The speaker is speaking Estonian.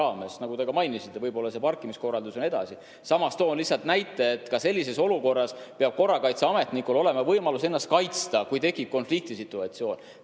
nagu te ka mainisite, võib‑olla see parkimiskorraldus ja nii edasi. Samas toon lihtsalt näite, et ka sellises olukorras peab korrakaitseametnikul olema võimalus ennast kaitsta, kui tekib konfliktisituatsioon.